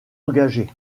engagées